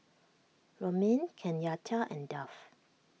Romaine Kenyatta and Duff